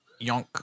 yonk